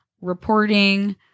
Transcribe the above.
reporting